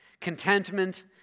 Contentment